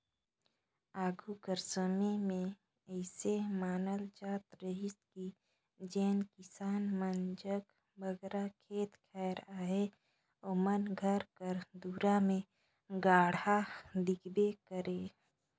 आघु कर समे मे अइसे मानल जात रहिस कि जेन किसान मन जग बगरा खेत खाएर अहे ओमन घर कर दुरा मे गाड़ा दिखबे करे